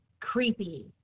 creepy